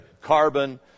carbon